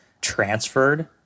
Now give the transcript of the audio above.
transferred